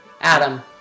Adam